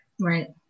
right